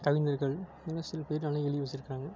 கலைஞர்கள் இன்னும் சில பேர் நல்லா எழுதி வச்சிருக்கிறாங்க